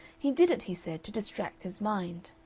he did it, he said to distract his mind.